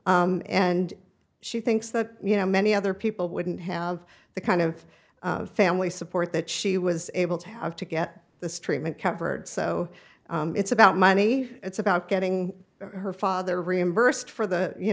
that and she thinks that you know many other people wouldn't have the kind of family support that she was able to have to get the stream it covered so it's about money it's about getting her father reimbursed for the you